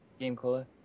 GameCola